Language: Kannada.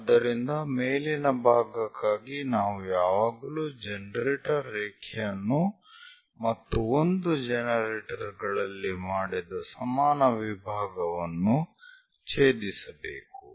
ಆದ್ದರಿಂದ ಮೇಲಿನ ಭಾಗಕ್ಕಾಗಿ ನಾವು ಯಾವಾಗಲೂ ಜನರೇಟರ್ ರೇಖೆಯನ್ನು ಮತ್ತು ಒಂದು ಜನರೇಟರ್ ಗಳಲ್ಲಿ ಮಾಡಿದ ಸಮಾನ ವಿಭಾಗವನ್ನು ಛೇದಿಸಬೇಕು